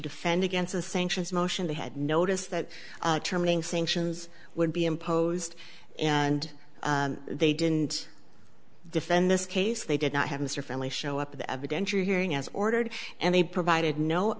defend against the sanctions motion they had noticed that turning sanctions would be imposed and they didn't defend this case they did not have mr family show up the evidence you're hearing as ordered and they provided no